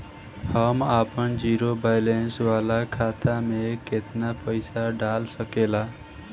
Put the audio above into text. हम आपन zero balance वाला खाता मे केतना पईसा डाल सकेला?